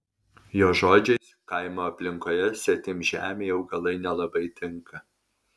jo žodžiais kaimo aplinkoje svetimžemiai augalai nelabai tinka